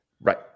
Right